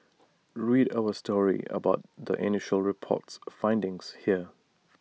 read our story about the initial report's findings here